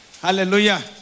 Hallelujah